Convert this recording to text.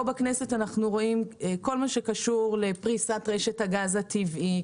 פה בכנסת אנחנו רואים כל מה שקשור לפריסת רשת הגז הטבעי,